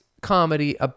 comedy